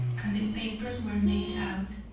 and the papers were made out.